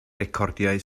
recordiau